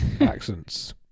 accents